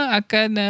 akan